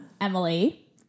Emily